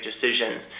decisions